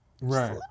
Right